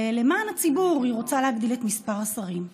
ולמען הציבור היא רוצה להגדיל את מספר השרים.